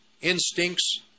instincts